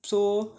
so